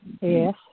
Yes